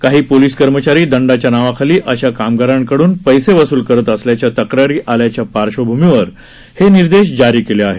काही ोलिस कर्मचारी दंडाच्या नावाखाली अशा कामगारांकडून क्षे वसूल करत असल्याच्या तक्रारी आल्याच्या ार्श्वभूमीवर हे निर्देश जारी केले आहेत